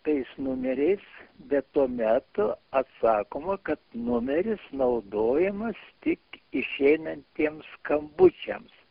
tais numeriais bet tuo metu atsakoma kad numeris naudojamas tik išeinantiems skambučiams